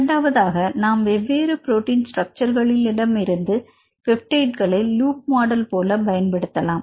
இரண்டாவதாக நாம் வெவ்வேறு புரோட்டின் ஸ்ட்ரக்சர்களிலிருந்து பெப்டிட்களை லூப் மாடல் போல பயன்படுத்தலாம்